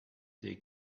they